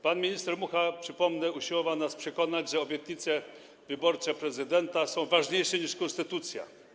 Pan minister Mucha, przypomnę, usiłował nas przekonać, że obietnice wyborcze prezydenta są ważniejsze niż konstytucja.